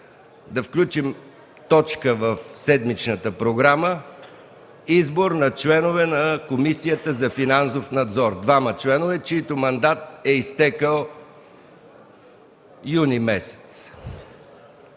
да включим точка в седмичната програма – Избор за членове на Комисията за финансов надзор, двама членове, чийто мандат е изтекъл през месец